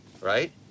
right